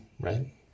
right